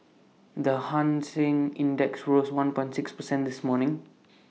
the hang Seng index rose one point six percent this morning